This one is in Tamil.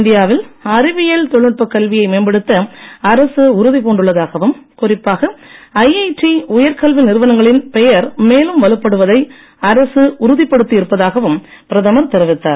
இந்தியா வில் அறிவியல் தொழில்நுட்பக் கல்வியை மேம்படுத்த அரசு உறுதி பூண்டுள்ளதாகவும் குறிப்பாக ஐஐடி உயர் கல்வி நிறுவனங்களின் பெயர் மேலும் வலுப்படுவதை அரசு உறுதிப்படுத்தி இருப்பதாகவும் பிரதமர் தெரிவித்தார்